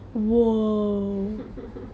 உனக்கு விளையாட பிடிக்குமா:unakku vilayaada pidikkumaa